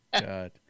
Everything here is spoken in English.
God